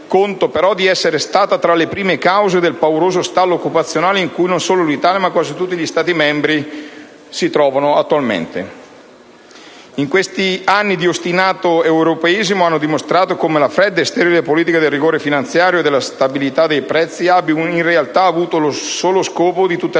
conto, però, di essere stata tra le prime cause del pauroso stallo occupazionale in cui non solo l'Italia, ma quasi tutti gli Stati membri si trovano oggi. Questi anni di ostinato europeismo hanno dimostrato come la fredda e sterile politica del rigore finanziario e della stabilità dei prezzi abbiano, in realtà, il solo scopo di tutelare